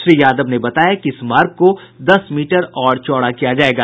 श्री यादव ने बताया कि इस मार्ग को दस मीटर और चौड़ा किया जायेगा